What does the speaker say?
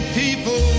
people